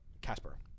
Casper